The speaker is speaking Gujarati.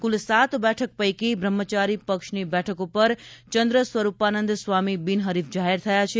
કુલ સાત બેઠક પૈકી બ્રહ્મચારી પક્ષની બેઠક પર ચંદ્રસ્વરૂપાનંદ સ્વામી બિન હરિફ જાહેર થયા છે